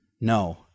no